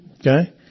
Okay